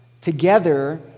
together